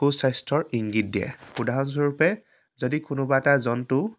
সুস্বাস্থ্যৰ ইংগিত দিয়ে উদাহৰণস্বৰূপে যদি কোনোবা এটা জন্তু